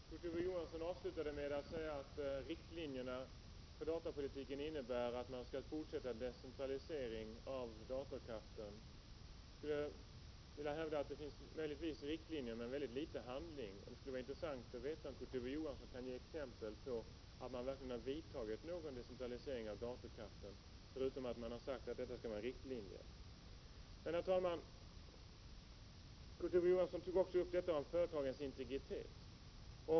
Herr talman! Kurt Ove Johansson avslutade med att säga att riktlinjerna 11 november 1987 för datapolitiken innebär att man skall fortsätta decentraliseringen av — mamméon, nm oo = datorkraften. Jag vill hävda att det möjligtvis finns riktlinjer, men väldigt litet handling. Det skulle vara intressant om Kurt Ove Johansson kunde ge exempel på att man verkligen vidtagit decentralisering av datakraften, förutom att man sagt att detta skall vara en riktlinje. Herr talman! Kurt Ove Johansson tog också upp företagens integritet.